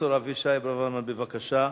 פרופסור אבישי ברוורמן, בבקשה.